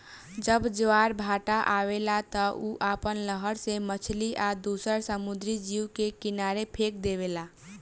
जब ज्वार भाटा आवेला त उ आपना लहर से मछली आ दुसर समुंद्री जीव के किनारे फेक देवेला